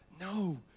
No